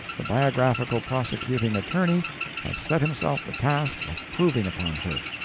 the biographical prosecuting attorney has set himself the task of proving upon her.